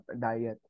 diet